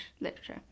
literature